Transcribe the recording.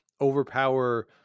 overpower